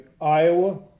Iowa